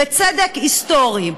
בצדק היסטורי.